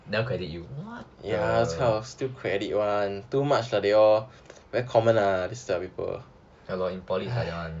never credit you ya lor in poly is like that [one]